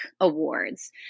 awards